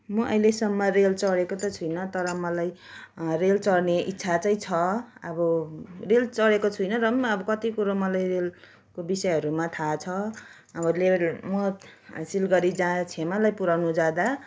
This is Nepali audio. म अहिलेसम्म रेल चढेको त छैन तर मलाई रेल चढ्ने इच्छा चाहिँ छ अब रेल चढेको छुइनँ र पनि अब कति कुरो मलाई रेलको विषयहरूमा थाह छ अब रेल म सिलगढी जाँदा छ्यामालाई पुऱ्याउनु जाँदा